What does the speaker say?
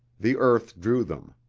the earth drew them.